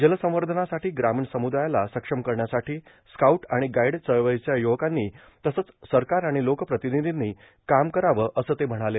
जलसंवधनासाठी ग्रामीण समुदायाला सक्षम करण्यासाठी स्काऊट र्आण गाईड चळवळीच्या युवकांनी तसंच सरकार आर्गाण लोकर्प्रार्तानधींनी काम करावं असं ते म्हणाले